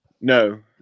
No